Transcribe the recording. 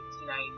tonight